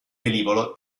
velivolo